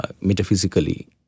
metaphysically